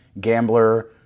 gambler